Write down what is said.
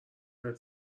بهت